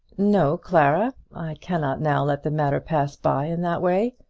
no, clara. i cannot now let the matter pass by in that way.